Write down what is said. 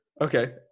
Okay